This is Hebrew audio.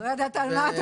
אף על פי